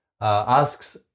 asks